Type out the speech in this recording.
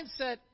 mindset